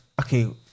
Okay